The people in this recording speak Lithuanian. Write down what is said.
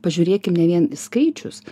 pažiūrėkim ne vien į skaičius